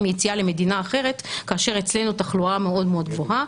יציאה למדינה אחרת כאשר אצלנו התחלואה מאוד גבוה,